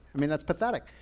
i mean, that's pathetic.